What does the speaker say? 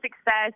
success